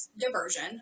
diversion